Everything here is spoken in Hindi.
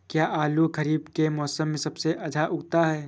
क्या आलू खरीफ के मौसम में सबसे अच्छा उगता है?